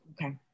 Okay